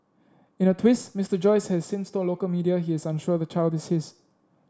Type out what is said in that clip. in a twist Mister Joyce has since told local media his unsure the child is his